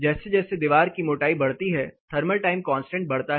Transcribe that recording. जैसे जैसे दीवार की मोटाई बढ़ती है थर्मल टाइम कांस्टेंट बढ़ता है